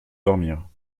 dormir